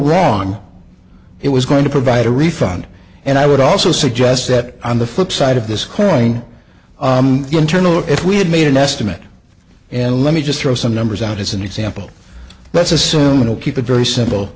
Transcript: wrong it was going to provide a refund and i would also suggest that on the flip side of this coin internal if we had made an estimate and let me just throw some numbers out as an example let's assume we'll keep it very simple